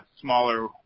smaller